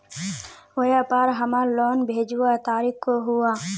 व्यापार हमार लोन भेजुआ तारीख को हुआ?